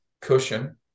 cushion